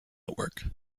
network